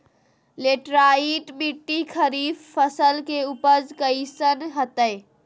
Laterite मिट्टी खरीफ फसल के उपज कईसन हतय?